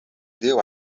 deu